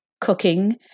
cooking